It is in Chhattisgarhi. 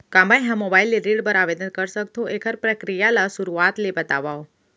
का मैं ह मोबाइल ले ऋण बर आवेदन कर सकथो, एखर प्रक्रिया ला शुरुआत ले बतावव?